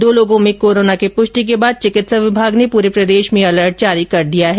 दो लोगों में कोरोना की पृष्टि के बाद चिकित्सा विमाग ने परे प्रदेश में अलर्ट जारी कर दिया है